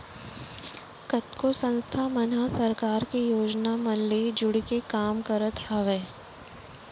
कतको संस्था मन ह सरकार के योजना मन ले जुड़के काम करत हावय